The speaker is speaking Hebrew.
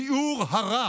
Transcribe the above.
ביעור הרע